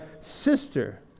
sister